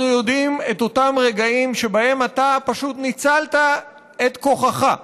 אנחנו יודעים את אותם רגעים שבהם אתה פשוט ניצלת את כוחך,